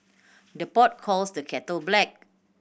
the pot calls the kettle black